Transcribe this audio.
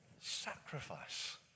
sacrifice